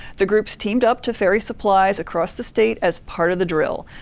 the group's teamed up to ferry supplies across the state as part of the drill.